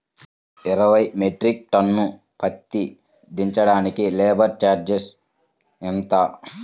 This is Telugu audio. ఇరవై మెట్రిక్ టన్ను పత్తి దించటానికి లేబర్ ఛార్జీ ఎంత?